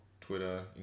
Twitter